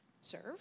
serve